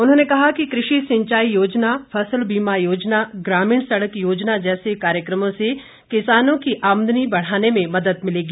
उन्होंने कहा कि कृषि सिंचाई योजना फसल बीमा योजना ग्रामीण सड़क योजना जैसे कार्यक्रमों से किसानों की आमदनी बढ़ाने में मदद मिलेगी